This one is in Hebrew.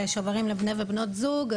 של שוברים לבני ובנות זוג,